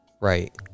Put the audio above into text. right